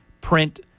print